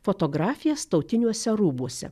fotografijas tautiniuose rūbuose